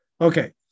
Okay